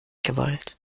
gewollt